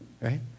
right